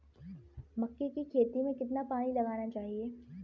मक्के की खेती में कितना पानी लगाना चाहिए?